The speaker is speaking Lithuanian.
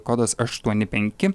kodas aštuoni penki